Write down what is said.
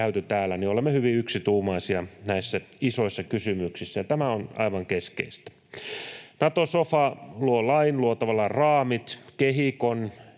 olemme hyvin yksituumaisia näissä isoissa kysymyksissä, ja tämä on aivan keskeistä. Nato-sofa luo lain, luo tavallaan raamit, kehikon,